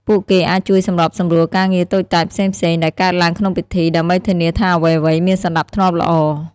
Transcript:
ពួកគេអាចជួយ សម្របសម្រួលការងារតូចតាចផ្សេងៗ ដែលកើតឡើងក្នុងពិធី ដើម្បីធានាថាអ្វីៗមានសណ្តាប់ធ្នាប់ល្អ។